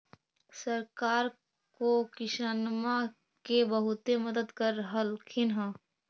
सरकार तो किसानमा के बहुते मदद कर रहल्खिन ह?